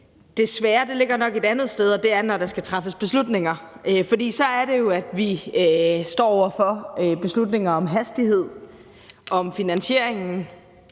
Det svære ligger nok et andet sted, nemlig når der skal træffes beslutninger. For så er det jo, at vi står over for beslutninger om hastigheden, om finansieringen